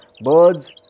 Birds